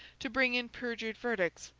to bring in perjured verdicts,